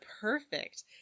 perfect